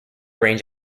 range